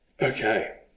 Okay